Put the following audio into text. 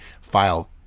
file